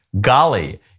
golly